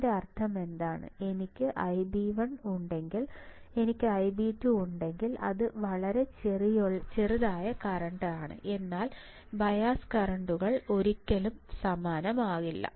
അതിൻറെ അർത്ഥമെന്താണ് എനിക്ക് ഐബി 1 ഉണ്ടെങ്കിൽ എനിക്ക് ഐബി 2 ഉണ്ടെങ്കിൽ അത് ചെറിയ അളവിലുള്ള കറന്റ് ആണ് എന്നാൽ ബയസ് കറന്റുകൾ ഒരിക്കലും സമാനമാകില്ല